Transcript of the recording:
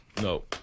No